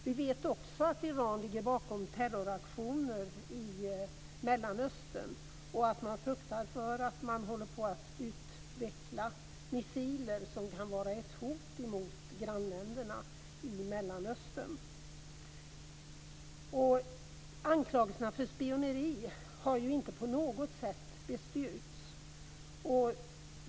Vi vet också att Iran ligger bakom terroraktioner i Mellanöstern, och att man fruktar för att man i Iran håller på att utveckla missiler som kan vara ett hot mot grannländerna i Anklagelserna för spioneri har ju inte på något sätt styrkts.